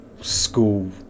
school